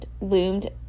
loomed